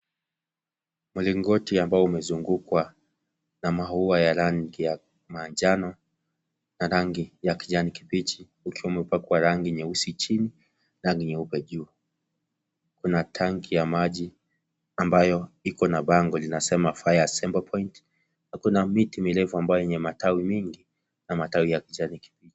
Mlingoti ambao umezungukwa na maua ya rangi ya manjano na rangi ya kijani kibichi ukiwa umepakwa rangi nyeusi chini rangi nyeupe juu, kuna tanki ya maji ambayo ikona bango linasema fire assemble point na kuna miti mirefu ambayo yenye matawi mingi na matawi ya kijani kibichi.